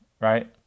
right